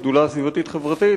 בשדולה הסביבתית-חברתית,